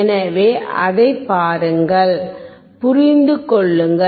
எனவே அதைப் பாருங்கள் புரிந்து கொள்ளுங்கள்